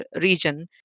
region